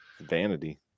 vanity